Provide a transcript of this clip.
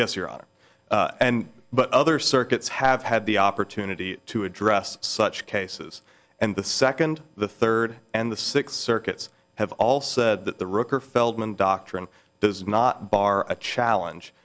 yes your honor and but other circuits have had the opportunity to address such cases and the second the third and the six circuits have all said that the rocker feldman doctrine does not bar a challenge